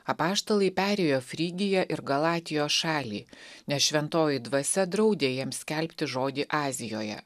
apaštalai perėjo frygiją ir galatijos šalį nes šventoji dvasia draudė jiems skelbti žodį azijoje